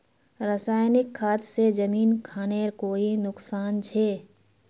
रासायनिक खाद से जमीन खानेर कोई नुकसान छे?